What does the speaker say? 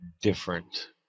different